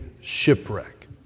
shipwreck